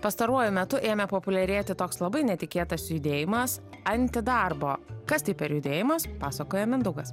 pastaruoju metu ėmė populiarėti toks labai netikėtas judėjimas antidarbo kas tai per judėjimas pasakoja mindaugas